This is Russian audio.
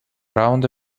раунда